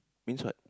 means what